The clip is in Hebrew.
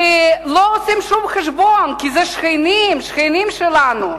ולא עושים שום חשבון, כי זה שכנים, שכנים שלנו.